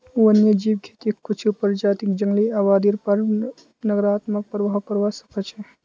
वन्यजीव खेतीक कुछू प्रजातियक जंगली आबादीर पर नकारात्मक प्रभाव पोड़वा स ख छ